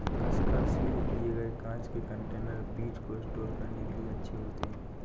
कसकर सील किए गए कांच के कंटेनर बीज को स्टोर करने के लिए अच्छे होते हैं